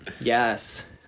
yes